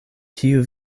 kiu